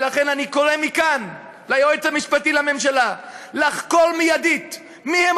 ולכן אני קורא מכאן ליועץ המשפטי לממשלה לחקור מייד מיהם